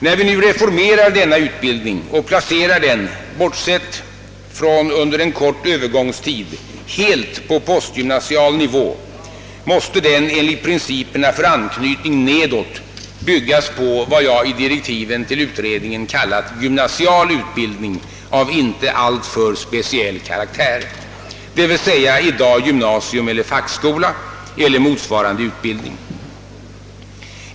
När vi nu reformerar denna utbildning och placerar den — bortsett från en kort övergångsperiod — helt på postgymnasial nivå måste den enligt principerna för anknytning nedåt byggas på vad jag i direktiven till kompetensutredningen kallat en gymnasial utbildning av inte alltför speciell karaktär, d.v.s. i dag gymnasium eller fackskola eller motsvarande utbildning.